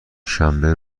شنبه